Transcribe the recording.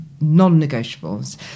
non-negotiables